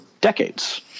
decades